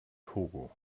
togo